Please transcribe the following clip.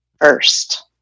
first